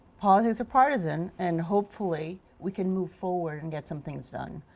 politics are partisan and hopefully we can move forward and get some things done.